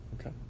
Okay